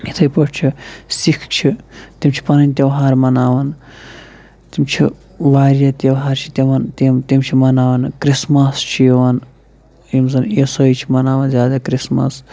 یِتھے پٲٹھۍ چھِ سِکھ چھِ تِم چھِ پَنٕنۍ تیوہار مناوَان تِم چھِ واریاہ تیوہار چھِ تَِن تِم تِم چھِ مناوَان کرسمَس چھِ یِوَان یِم زَن عیٖسٲی چھِ مَناوَان زیادٕ کِرٛسمَس